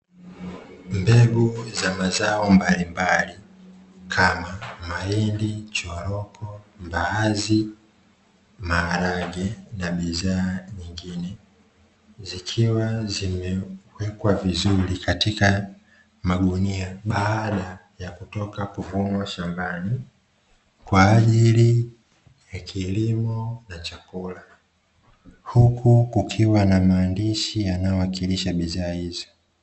Mbegu za mazao mbalimbali kama: mahindi, choroko, mbaazi, maharage na bidhaa nyingine. Zikiwa zimewekwa vizuri katika magunia, baada ya kutoka kuvunwa shambani kwa ajili ya kilimo na chakula. Huku kukiwa na maandishi yanayowakilisha bidhaa hizo.